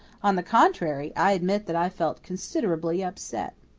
on the contrary, i admit that i felt considerably upset.